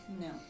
No